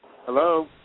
Hello